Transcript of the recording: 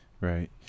right